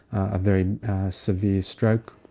a very severe stroke